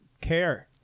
care